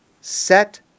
set